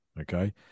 Okay